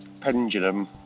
pendulum